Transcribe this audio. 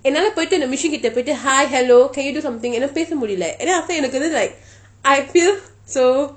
என்னாலே போய்த்து அந்த:ennalei poithu antha machine கிட்டே போய்த்து:kittei poithu hi hello can you do something எனக்கு பேச முடியலே:enakku pesa mudiyalei and then after that it's like I feel so